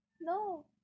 No